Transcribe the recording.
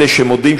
אלה שמודים,